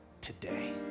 today